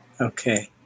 Okay